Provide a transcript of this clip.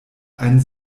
ein